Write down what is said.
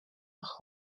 nach